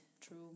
True